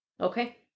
Okay